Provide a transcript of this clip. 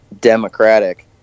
democratic